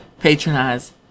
patronize